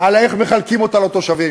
אלא איך מחלקים אותה לתושבים.